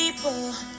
people